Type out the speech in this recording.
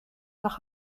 nach